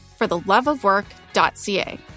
fortheloveofwork.ca